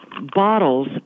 bottles